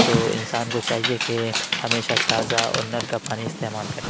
تو انسان کو چاہیے کہ ہمیشہ تازہ اور نل کا پانی استعمال کریں